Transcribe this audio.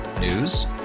News